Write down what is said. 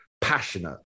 passionate